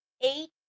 Eight